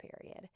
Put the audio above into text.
period